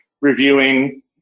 reviewing